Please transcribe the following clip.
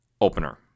opener